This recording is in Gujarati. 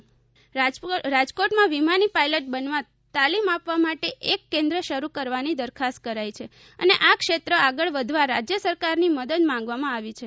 પાઇલટ તાલીમ રાજકોટમાં વિમાની પાઇલટ બનવા તાલીમ આપવા માટે એક કેન્દ્ર શરૂ કરવાની દરખાસ્ત મુકાઈ છે અને આ ક્ષેત્રે આગળ વધવા રાજ્ય સરકારની મદદ માગવામાં આવી છે